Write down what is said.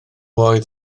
oedd